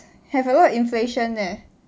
have a lot of inflation leh